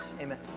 Amen